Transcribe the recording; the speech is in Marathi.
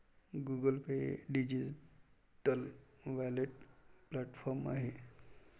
गुगल पे हे डिजिटल वॉलेट प्लॅटफॉर्म आहे